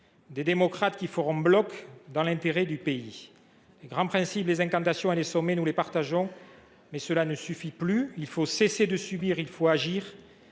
des démocrates qui feront bloc dans l’intérêt du pays. Les grands principes, les incantations et les sommets, nous les partageons, mais cela ne suffit plus : il faut cesser de subir et agir